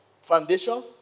foundation